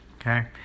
Okay